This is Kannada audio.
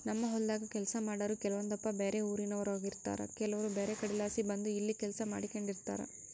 ನಮ್ಮ ಹೊಲದಾಗ ಕೆಲಸ ಮಾಡಾರು ಕೆಲವೊಂದಪ್ಪ ಬ್ಯಾರೆ ಊರಿನೋರಾಗಿರುತಾರ ಕೆಲವರು ಬ್ಯಾರೆ ಕಡೆಲಾಸಿ ಬಂದು ಇಲ್ಲಿ ಕೆಲಸ ಮಾಡಿಕೆಂಡಿರ್ತಾರ